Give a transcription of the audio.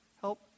help